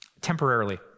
temporarily